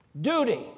duty